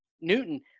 Newton